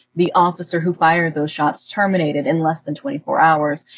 the officer who fired those shots terminated in less than twenty four hours,